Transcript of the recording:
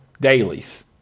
dailies